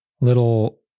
little